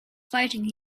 fighting